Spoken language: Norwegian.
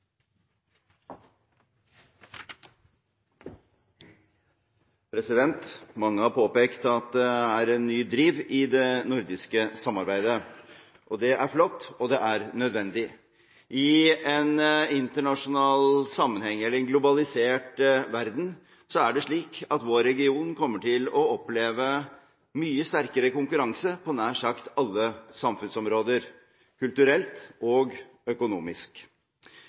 en ny driv i det nordiske samarbeidet. Det er flott, og det er nødvendig. I en internasjonal sammenheng, eller i en globalisert verden, er det slik at vår region kommer til å oppleve mye sterkere konkurranse på nær sagt alle samfunnsområder, kulturelt og økonomisk.